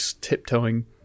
Tiptoeing